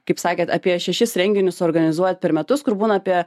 kaip sakėt apie šešis renginius suorganizuojat per metus kur būna apie